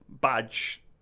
badge